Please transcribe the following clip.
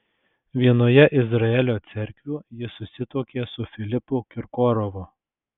vienoje izraelio cerkvių ji susituokė su filipu kirkorovu